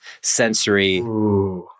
sensory